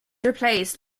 replaced